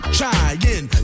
trying